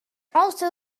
also